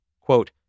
Quote